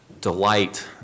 delight